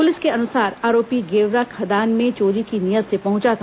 police के अनुसार आरोपी गेवरा खदान में चोरी की नीयत से पहुंचा था